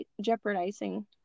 jeopardizing